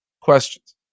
questions